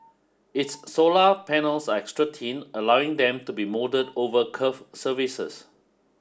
its solar panels are extra thin allowing them to be moulded over curved surfaces